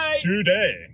today